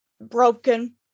broken